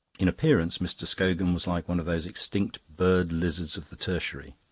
in appearance mr. scogan was like one of those extinct bird-lizards of the tertiary.